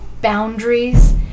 boundaries